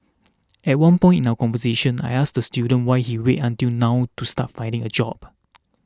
at one point in our conversation I asked the student why he waited until now to start finding a job